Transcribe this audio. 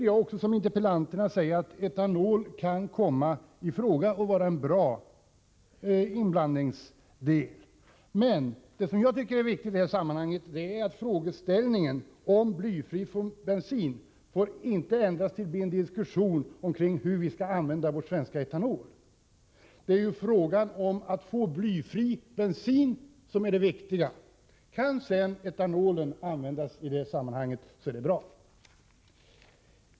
Jag anser, liksom interpellanterna, att etanol kan vara bra till inblandning — men det viktiga i sammanhanget är att diskussionen om blyfri bensin inte endast får komma att handla om hur vi skall använda vår svenska etanol. Det är ju frågan om att få blyfri bensin som är den viktiga! Kan sedan etanolen användas till det är det bra.